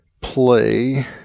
play